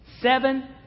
Seven